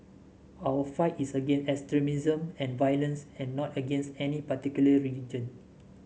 our fight is against extremism and violence had not against any particular religion